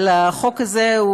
אבל החוק הזה,